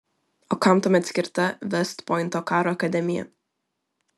o kam tuomet skirta vest pointo karo akademija